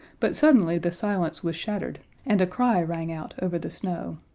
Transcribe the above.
but suddenly the silence was shattered and a cry rang out over the snow.